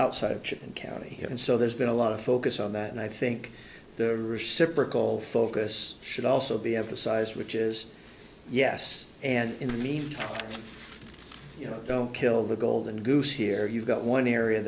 outside of church and county and so there's been a lot of focus on that and i think the whole focus should also be emphasized which is yes and in the meantime you know don't kill the golden goose here you've got one area